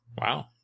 Wow